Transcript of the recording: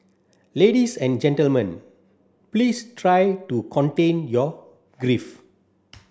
ladies and gentlemen please try to contain your grief